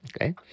Okay